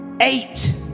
Eight